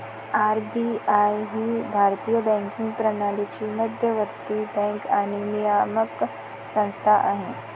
RBI ही भारतीय banking प्रणालीची मध्यवर्ती बँक आणि नियामक संस्था आहे